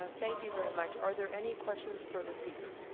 ah thank you very much. are there any questions for the speaker?